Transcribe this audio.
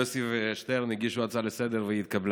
יוסי ושטרן הגישו הצעה לסדר-היום ושהיא התקבלה.